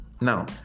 now